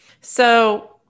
So-